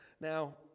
Now